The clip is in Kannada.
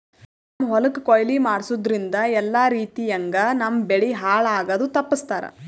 ನಮ್ಮ್ ಹೊಲಕ್ ಕೊಯ್ಲಿ ಮಾಡಸೂದ್ದ್ರಿಂದ ಎಲ್ಲಾ ರೀತಿಯಂಗ್ ನಮ್ ಬೆಳಿ ಹಾಳ್ ಆಗದು ತಪ್ಪಸ್ತಾರ್